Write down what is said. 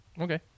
okay